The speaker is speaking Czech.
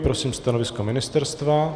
Prosím stanovisko ministerstva.